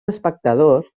espectadors